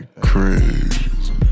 crazy